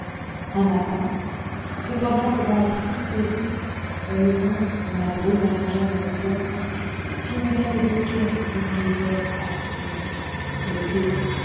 un matin cependant que dans la triste rueles maisons dont la brume allongeait la hauteur simulaient les deux quais d'une rivière accrue et que